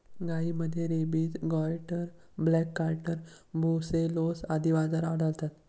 गायींमध्ये rabies, goitre, black quarter, brucellosis आदी आजार आढळतात